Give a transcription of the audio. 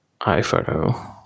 iPhoto